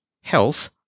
health